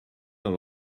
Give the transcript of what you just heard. dans